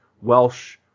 Welsh